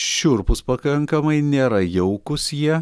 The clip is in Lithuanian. šiurpūs pakankamai nėra jaukūs jie